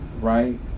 right